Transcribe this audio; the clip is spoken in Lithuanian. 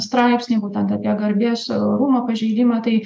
straipsnį būtent apie garbės ir orumo pažeidimą tai